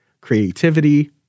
creativity